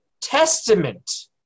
testament